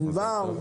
תודה.